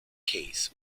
case